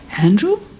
Andrew